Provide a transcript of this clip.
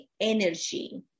energy